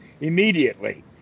immediately